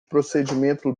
procedimento